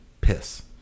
piss